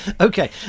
Okay